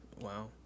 Wow